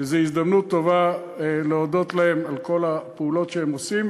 וזו הזדמנות טובה להודות להם על כל הפעולות שהם עושים,